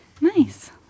nice